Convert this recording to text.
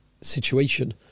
situation